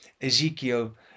Ezekiel